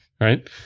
right